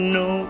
no